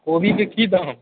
कोबीके की दाम